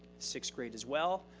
sixth grade as well,